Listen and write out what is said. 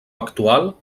actual